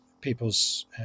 people's